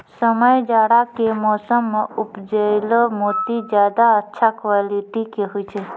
समय जाड़ा के मौसम मॅ उपजैलो मोती ज्यादा अच्छा क्वालिटी के होय छै